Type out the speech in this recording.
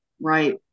Right